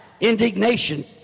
indignation